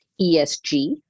ESG